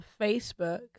Facebook